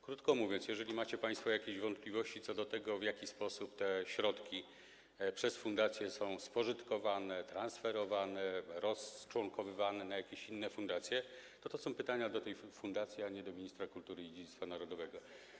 Krótko mówiąc, jeżeli macie państwo jakieś wątpliwości co do tego, w jaki sposób te środki przez fundację są spożytkowane, transferowane, rozczłonkowywane na jakieś inne fundacje, to to są pytania do tej fundacji, a nie do ministra kultury i dziedzictwa narodowego.